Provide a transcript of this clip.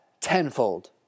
tenfold